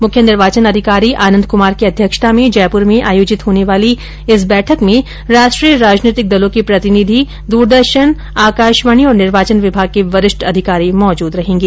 मुख्य निर्वाचन अधिकारी आनंद कुमार की अध्यक्षता में जयपुर में आयोजित होने वाली इस बैठक में राष्ट्रीय राजनीतिक दलों के प्रतिनिधि दूरदर्शन आकाशवाणी और निर्वाचन विभाग के वरिष्ठ अधिकारी मौजूद रहेंगे